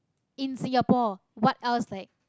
in singapore what else like